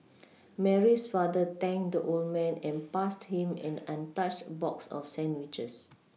Mary's father thanked the old man and passed him an untouched box of sandwiches